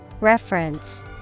Reference